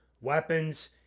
weapons